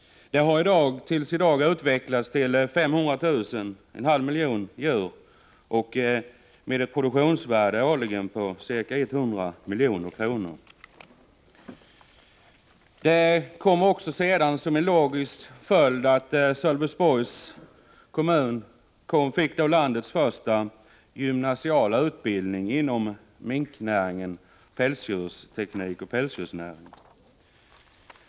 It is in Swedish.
Detta har tills i dag utvecklats till 500 000— alltså en halv miljon — djur och ett produktionsvärde årligen på ca 100 milj.kr. Som en logisk följd fick Sölvesborgs kommun landets första gymnasiala utbildning inom minknäringen; pälsdjursteknik och pälsdjursnäring.